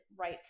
right